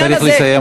צריך לסיים,